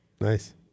Nice